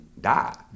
die